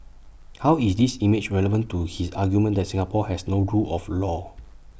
how is this image relevant to his argument that Singapore has no rule of law